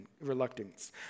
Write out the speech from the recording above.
reluctance